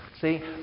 See